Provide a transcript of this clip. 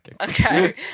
Okay